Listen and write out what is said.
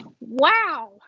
wow